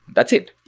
that's it.